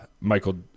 Michael